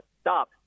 stop